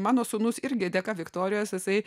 mano sūnus irgi dėka viktorijos jisai